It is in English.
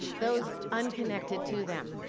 those unconnected to them.